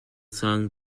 sein